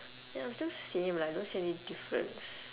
ya I'm still same lah I don't see any difference